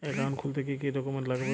Account খুলতে কি কি ডকুমেন্ট লাগবে?